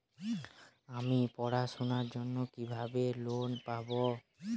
আমি পড়াশোনার জন্য কিভাবে লোন পাব?